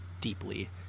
deeply